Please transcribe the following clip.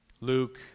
Luke